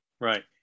right